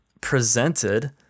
Presented